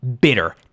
bitter